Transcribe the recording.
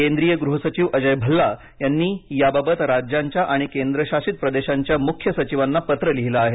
केंद्रीय गृहसचिव अजय भल्ला यांनी याबाबत राज्यांच्या आणि केंद्रशासित प्रदेशांच्या मुख्य सचिवांना पत्र लिहिलं आहे